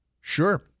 Sure